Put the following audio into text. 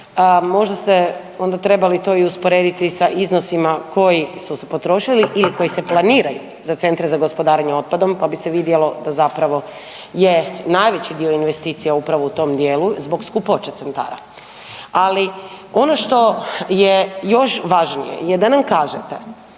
možda ste onda trebali to i usporediti sa iznosima koji su se potrošili ili koji se planiraju za centre za gospodarenje otpadom, pa bi se vidjelo da zapravo je najveći dio investicija upravo u tom dijelu zbog skupoće centara. Ali ono što je još važnije je da nam kažete,